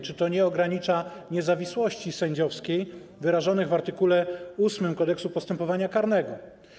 Czy to nie ogranicza niezawisłości sędziowskiej wyrażonej w art. 8 Kodeksu postępowania karnego?